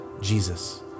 Jesus